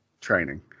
training